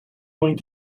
going